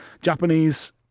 Japanese